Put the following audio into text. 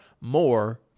more